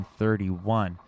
1931